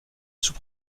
sous